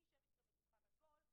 אני אשב אתכם לשולחן עגול,